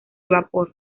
vapor